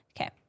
Okay